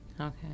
Okay